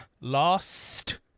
Lost